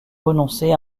renoncer